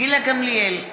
גילה גמליאל,